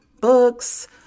books